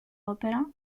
opera